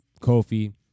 Kofi